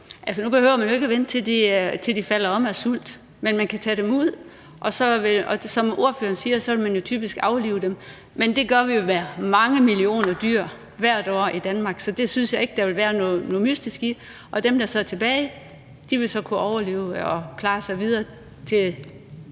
nu behøver man jo ikke at vente til, at de falder om af sult. Man kan tage dem ud, og som ordføreren siger, vil man typisk aflive dem, men det gør vi jo med mange millioner dyr hvert år i Danmark, så det synes jeg ikke der ville være noget mystisk i. Og dem, der så er tilbage, vil kunne overleve og klare sig videre